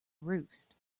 roost